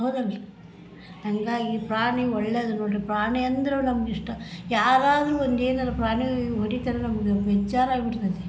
ಹೌದಲ್ಲರಿ ಹಾಗಾಗಿ ಪ್ರಾಣಿ ಒಳ್ಳೆದು ನೋಡಿರಿ ಪ್ರಾಣಿ ಅಂದರೆ ನಮಗಿಷ್ಟ ಯಾರಾದರು ಒಂದು ಏನಾದರು ಪ್ರಾಣಿಗಳಿಗೆ ಹೊಡಿತಂದ್ರೆ ನಮ್ಗೆ ಬೇಜಾರಾಗಿ ಬಿಡ್ತೈತೆ